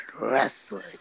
wrestling